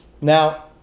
Now